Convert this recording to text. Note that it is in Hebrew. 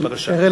אראל,